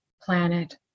planet